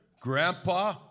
grandpa